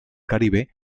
caribe